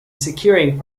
securing